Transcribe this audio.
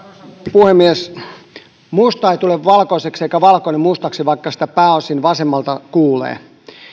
puhemies musta ei tule valkoiseksi eikä valkoinen mustaksi vaikka sitä pääosin vasemmalta kuulee